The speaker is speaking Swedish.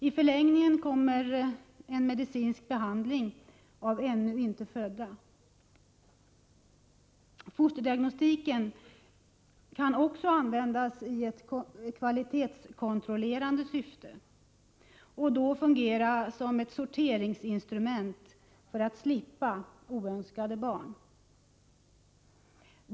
I förlängningen kommer en medicinsk behandling av ännu inte födda. Fosterdiagnostiken kan också användas i kvalitetskontrollerande syfte och då fungera som ett sorteringsinstrument för att slippa oönskade barn.